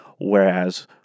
Whereas